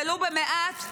ולו במעט,